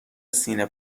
سینه